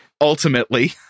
ultimately